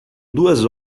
duas